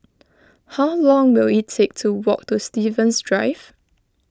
how long will it take to walk to Stevens Drive